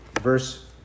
verse